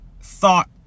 thought